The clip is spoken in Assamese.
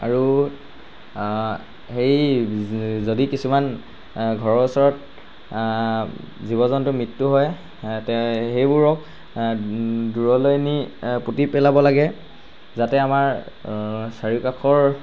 আৰু সেই যদি কিছুমান ঘৰৰ ওচৰত জীৱ জন্তুৰ মৃত্যু হয় তে সেইবোৰক দূৰলৈ নি পুতি পেলাব লাগে যাতে আমাৰ চাৰিওকাষৰ